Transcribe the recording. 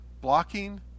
blocking